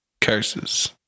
curses